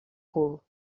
cul